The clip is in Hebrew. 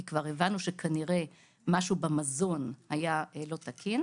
כי כבר הבנו שכנראה משהו במזון היה לא תקין